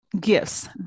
gifts